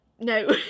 No